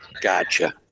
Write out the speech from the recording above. Gotcha